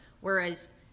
whereas